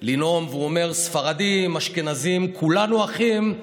לנאום והוא אומר: ספרדים, אשכנזים, כולנו אחים,